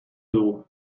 dugu